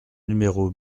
numéro